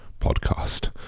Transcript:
podcast